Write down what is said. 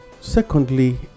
Secondly